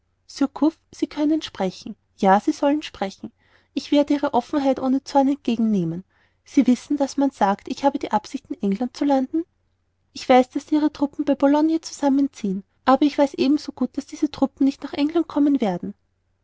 sie können sprechen ja sie sollen sprechen ich werde ihre offenheit ohne zorn entgegen nehmen sie wissen daß man sagt ich habe die absicht in england zu landen ich weiß daß sie ihre truppen bei boulogne zusammenziehen aber ich weiß ebenso gut daß diese truppen nicht nach england kommen werden